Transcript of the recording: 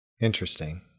interesting